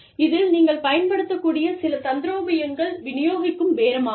இதில் நீங்கள் பயன்படுத்தக்கூடிய சில தந்திரோபாயங்கள் விநியோகிக்கும் பேரமாகும்